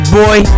boy